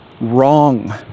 wrong